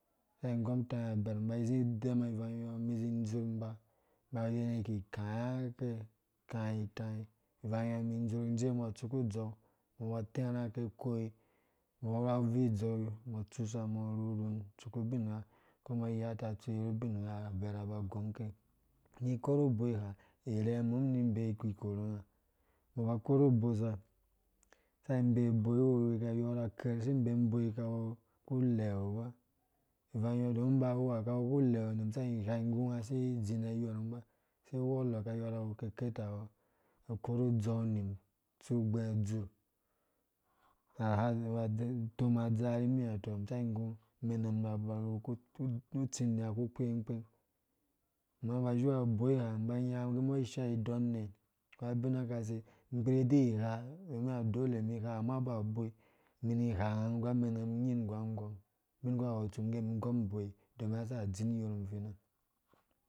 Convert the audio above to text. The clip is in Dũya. Sa igɔm itei aberh iba zizi udɛma ivangɔ izi idzurh ba ingwedten ni ikaya ke ikay itai ivang yɔ umum idzurhi ndzee umbɔ atsuku udzou, mbɔ ba aterha ka koyi umbɔ atsu mɔ rhurhum aterha ke koyi ubingha ka mbɔ ayata atsuku ubingha aberha ba agɔng keni koru obioha, irhee umum ni ibee ikikorunga umbɔ ba koru ubosa sa inbee uboi wurwika yɔra aker si bem uboi kawu kuleeu ba, ivanggyɔ don ba wuha kawu kulɛɛu hanɛ sa igha igu unga si idzina iyormum ba, sai wɔlɔ kayora wu kerketawɔ akoru udzou nim atsu ugbɛɛ dzurh na toma adzaa vimi ha tɔ isai ingu amenam aba wuru utsindia kukpengkpeng unga ba si wea uboi ha iba inya agɛ umbɔ ishaa idɔna nɛ koabin kase nnpiri idi gha unga wu dole mi igha ama awunboi unum mi iga nga nggu amena nying nggu agɔm ubin ku ha kɔ ku tsu umum ingge umum ingɔm uboi domin unga saka adzin iyormum afina